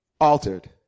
altered